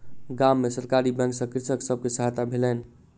गाम में सरकारी बैंक सॅ कृषक सब के सहायता भेलैन